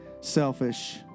selfish